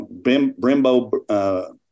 Brembo